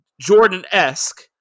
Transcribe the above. Jordan-esque